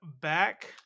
back